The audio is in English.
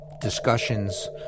discussions